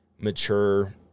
mature